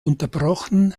unterbrochen